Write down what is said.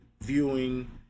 viewing